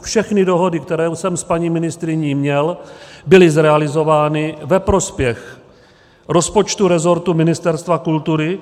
Všechny dohody, které jsem s paní ministryní měl, byly zrealizovány ve prospěch rozpočtu resortu Ministerstva kultury.